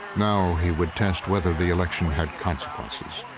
now he would test whether the election had consequences.